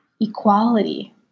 equality